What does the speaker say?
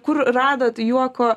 kur radot juoko